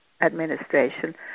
administration